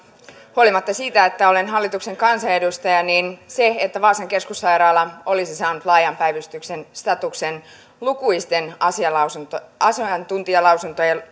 huolimatta siitä että olen hallituksen kansanedustaja se että vaasan keskussairaala olisi saanut laajan päivystyksen statuksen lukuisten asiantuntijalausuntojen